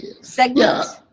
segments